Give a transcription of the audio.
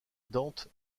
dante